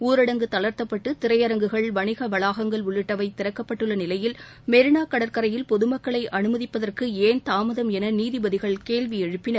ஊரட்ங்கு தளா்த்தப்பட்டு திரையரங்குகள் வணிக வளாகங்கள் உள்ளிட்டவை திறக்கப்பட்டுள்ள நிலையில் மெரினா கடற்கரையில் பொதுமக்களை அனுமதிப்பதற்கு ஏன் தாமதம் என நீதிபதிகள் கேள்வி எழுப்பின்